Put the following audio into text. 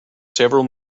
several